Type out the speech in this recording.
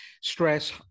stress